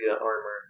armor